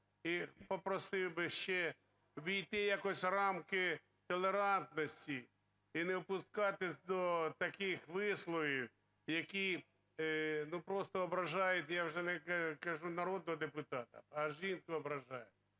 і попросив би ще увійти якось в рамки толерантності і не опускатися до таких висловів, які, ну, просто ображають, я вже не кажу, народного депутата, а жінку ображають.